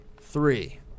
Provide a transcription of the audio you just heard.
Three